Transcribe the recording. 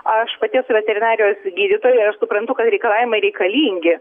aš pati esu veterinarijos gydytoja ir suprantu kad reikalavimai reikalingi